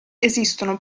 esistono